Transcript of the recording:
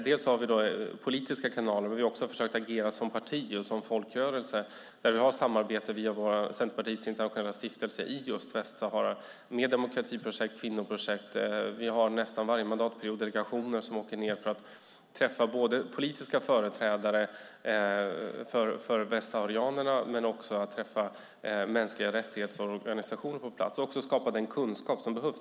Vi har politiska kanaler och har också försökt agera som parti och folkrörelse där vi har samarbete via Centerpartiets internationella stiftelse i Västsahara i demokratiprojekt och kvinnoprojekt. Vi har nästan varje mandatperiod delegationer som åker ned och träffar både politiska företrädare för västsaharierna men också för organisationer för mänskliga rättigheter på plats. Det handlar också om att skapa den kunskap som behövs.